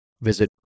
visit